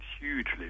hugely